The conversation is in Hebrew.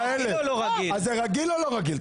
אתם עם ה-27,000, זה רגיל או לא רגיל?